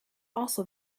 also